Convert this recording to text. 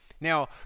Now